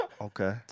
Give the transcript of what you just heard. Okay